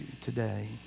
today